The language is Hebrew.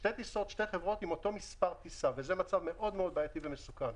שזה מצב מאוד-מאוד בעייתי ומסוכן.